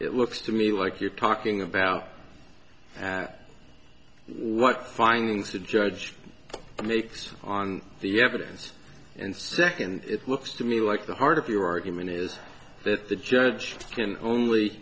it looks to me like you're talking about what findings a judge makes on the evidence and second it looks to me like the heart of your argument is that the judge can only